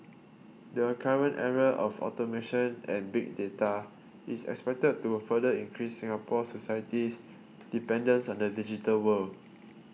the current era of automation and big data is expected to further increase Singapore society's dependence on the digital world